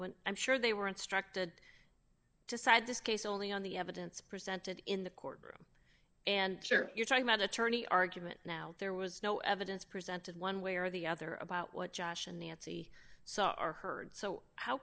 when i'm sure they were instructed to side this case only on the evidence presented in the courtroom and sure you're talking about attorney argument now there was no evidence presented one way or the other about what josh and nancy